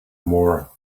more